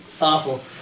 awful